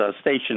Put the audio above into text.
station